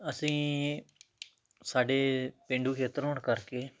ਅਸੀਂ ਸਾਡੇ ਪੇਂਡੂ ਖੇਤਰ ਹੋਣ ਕਰਕੇ